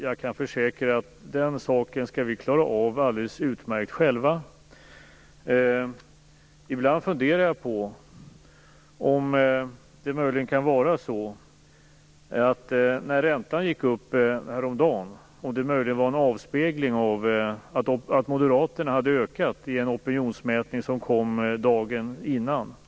Jag kan försäkra att vi skall klara av den saken alldeles utmärkt själva. Ibland funderar jag på om det faktum att räntan gick upp häromdagen möjligen var en avspegling av att Moderaterna hade ökat i en opinionsmätning som kom dagen innan.